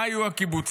מה היו הקיבוצים?